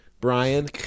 Brian